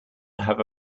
have